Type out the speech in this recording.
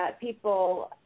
people